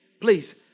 please